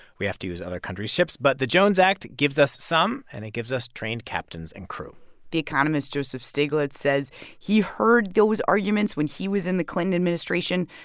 we have to use other countries' ships, but the jones act gives us some. and it gives us trained captains and crew the economist joseph stiglitz says he heard those arguments when he was in the clinton administration.